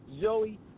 Joey